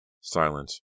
Silence